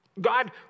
God